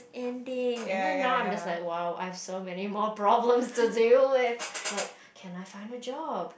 ending and then now I'm like !wow! I have so many more problems to deal with like can I find a job